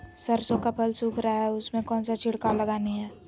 सरसो का फल सुख रहा है उसमें कौन सा छिड़काव लगानी है?